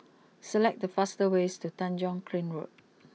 select the fastest way to Tanjong Kling Road